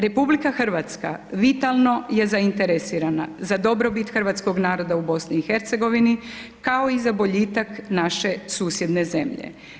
RH vitalno je zainteresirana za dobrobit hrvatskog naroda u BIH, kao i za boljitak naše susjedne zemlje.